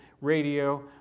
radio